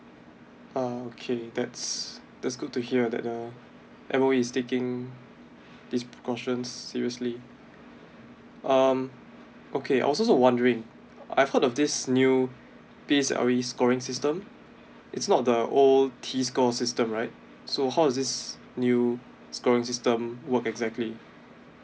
ah okay that's that's good to hear that um M_O_E is taking these precautions seriously um okay I was also wondering I've heard of this new P_S_L_E scoring system it's not the old T score system right so how is this new scoring system work exactly